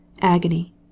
agony